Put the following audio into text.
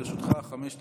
לרשותך חמש דקות,